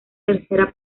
tercera